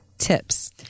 tips